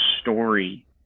story